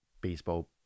baseball